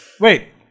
Wait